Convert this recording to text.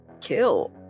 kill